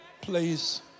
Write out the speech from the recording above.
please